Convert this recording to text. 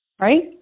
Right